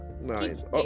Nice